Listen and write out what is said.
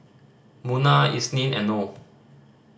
Munah Isnin and Noh